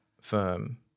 firm